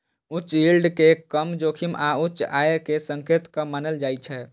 उच्च यील्ड कें कम जोखिम आ उच्च आय के संकेतक मानल जाइ छै